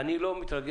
אני לא מתרגש,